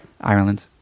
Ireland